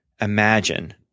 Imagine